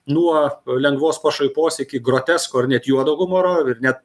nuo lengvos pašaipos iki grotesko ar net juodo humoro ir net